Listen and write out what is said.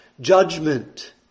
judgment